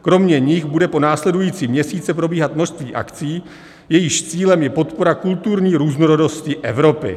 Kromě nich bude po následující měsíce probíhat množství akcí, jejichž cílem je podpora kulturní různorodosti Evropy.